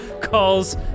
calls